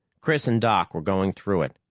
chris and doc were going through it.